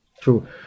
True